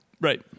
Right